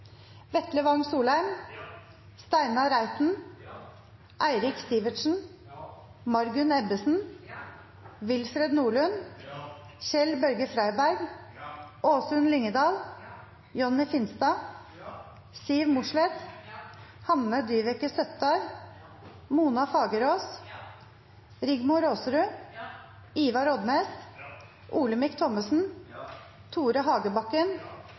Vetle Wang Soleim, Steinar Reiten, Eirik Sivertsen, Margunn Ebbesen, Willfred Nordlund, Kjell-Børge Freiberg, Åsunn Lyngedal, Jonny Finstad, Siv Mossleth, Hanne Dyveke Søttar, Mona Fagerås, Rigmor Aasrud, Ivar Odnes, Olemic Thommessen, Tore Hagebakken,